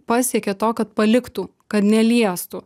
pasiekė to kad paliktų kad neliestų